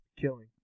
killing